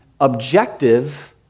objective